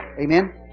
Amen